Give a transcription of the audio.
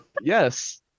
Yes